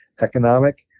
economic